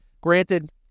Granted